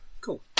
Cool